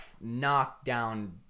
knockdown